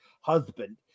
husband